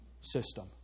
system